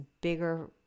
bigger